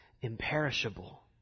imperishable